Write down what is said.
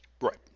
Right